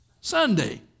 Sunday